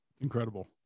incredible